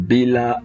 Bila